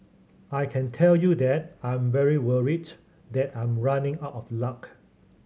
I can tell you that I'm very worried that I'm running out of luck